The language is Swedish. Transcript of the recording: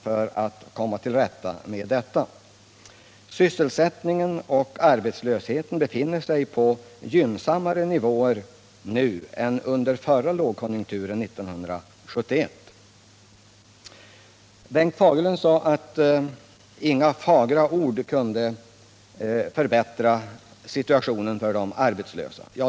för att främja sysselsättningen Det är mycket otillfredsställande och allt bör göras för att komma till rätta med den situationen. Bengt Fagerlund sade att inga fagra ord kunde förbättra situationen för de arbetslösa.